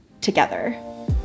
together